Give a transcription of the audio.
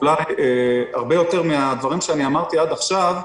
אולי הרבה יותר מהדברים שאמרתי עד עכשיו,